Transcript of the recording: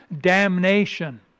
damnation